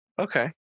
okay